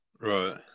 Right